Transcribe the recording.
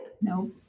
No